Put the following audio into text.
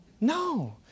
No